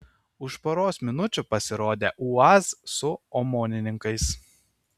už poros minučių pasirodė uaz su omonininkais